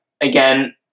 again